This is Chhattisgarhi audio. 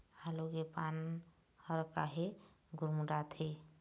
आलू के पान हर काहे गुरमुटाथे?